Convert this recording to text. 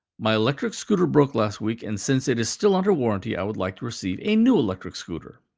my electric scooter broke last week, and since it is still under warranty, i would like to receive a new electric scooter.